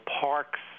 parks